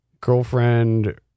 girlfriend